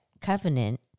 covenant